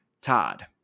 Todd